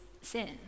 sin